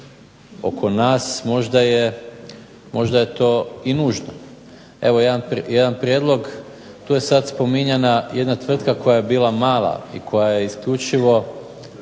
oko nas možda je to i nužno. Evo jedan prijedlog. Tu je sada spominjana jedna tvrtka koja je bila mala i koja je isključivo